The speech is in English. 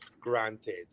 Granted